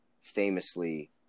famously